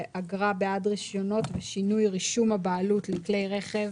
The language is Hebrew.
לאגרה בעד רישיונות ושינוי רישום הבעלות לכלי רכב,